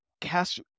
cast